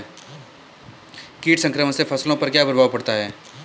कीट संक्रमण से फसलों पर क्या प्रभाव पड़ता है?